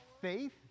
faith